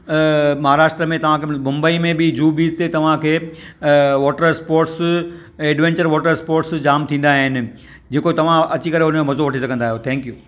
महाराष्ट्र में तव्हां खे मुंबई में बि जुहु बीच ते तव्हां खे water sports adventure water sports जाम थींदा आहिनि जेको तव्हां अची करे उनजो मज़ो वठी सघंदा आहियो थैंक्यू